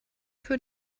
für